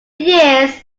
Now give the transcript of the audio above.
years